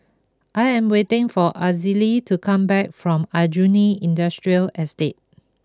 I am waiting for Azalee to come back from Aljunied Industrial Estate